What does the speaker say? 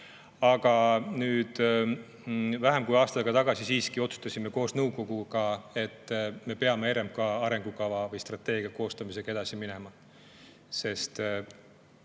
Aga siis, vähem kui aasta tagasi, siiski otsustasime koos nõukoguga, et me peame RMK arengukava või strateegia koostamisega edasi minema, sest